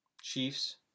Chiefs